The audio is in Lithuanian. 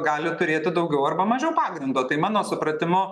gali turėti daugiau arba mažiau pagrindo tai mano supratimu